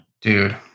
dude